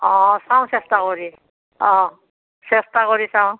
অঁ চাওঁ চেষ্টা কৰি অঁ চেষ্টা কৰি চাওঁ